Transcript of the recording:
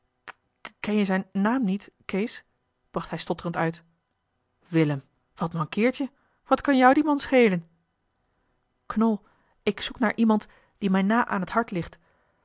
ken je zijn naam niet kees bracht hij stotterend uit willem wat mankeert je wat kan jou dien man schelen knol ik zoek naar iemand die mij na aan het hart ligt